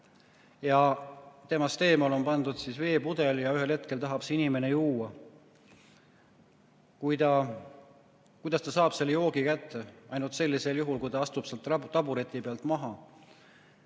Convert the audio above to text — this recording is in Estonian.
ja temast eemale on pandud veepudel. Ühel hetkel tahab see inimene juua. Kuidas ta saab selle joogi kätte? Ainult sellisel juhul, kui ta astub sealt tabureti pealt maha.